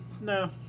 No